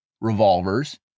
revolvers